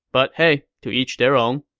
but hey, to each their own